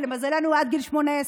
למזלנו עד גיל 18,